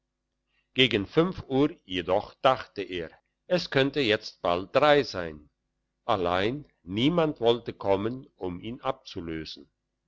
gegen fünf uhr jedoch dachte er es könnte jetzt bald drei sein allein niemand wollte kommen um ihn abzulösen